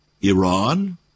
Iran